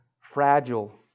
fragile